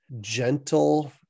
gentle